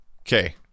Okay